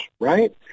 right